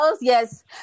yes